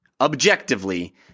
objectively